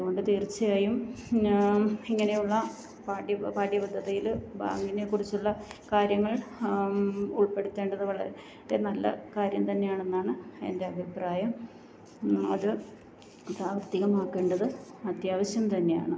അതുകൊണ്ട് തീർച്ഛയായും ഞാൻ ഇങ്ങനെയുള്ള പാഠ്യ പാഠ്യപദ്ധതിയിൽ ബാങ്കിനെക്കുറിച്ചുള്ള കാര്യങ്ങൾ ഉൾപ്പെടുത്തേണ്ടത് വളരെ നല്ല കാര്യം തന്നെ ആണെന്നാണ് എന്റെ അഭിപ്രായം അത് പ്രാവർത്തികമാക്കേണ്ടത് അത്യാവശ്യം തന്നെയാണ്